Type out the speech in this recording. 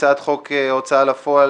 התשע"ח-2018 (מ/1208); הצעת חוק ההוצאה לפועל